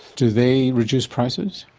do they reduce prices?